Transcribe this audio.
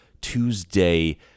Tuesday